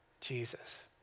Jesus